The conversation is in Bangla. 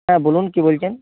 হ্যাঁ বলুন কী বলছেন